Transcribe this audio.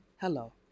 Hello